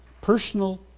personal